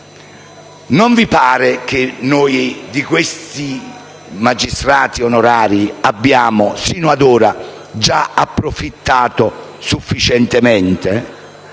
Non vi pare che di questi magistrati onorari abbiamo sinora già approfittato sufficientemente?